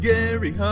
Gary